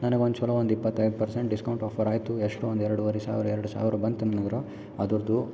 ನನಗೆ ಒಂದು ಚಲೋ ಒಂದು ಇಪ್ಪತೈದು ಪರ್ಸೆಂಟ್ ಡಿಸ್ಕೌಂಟ್ ಆಫರ್ ಆಯಿತು ಎಷ್ಟು ಒಂದು ಎರಡುವರೆ ಸಾವಿರ ಎರಡು ಸಾವಿರ ಬಂತು ನನಗರ ಅದರ್ದು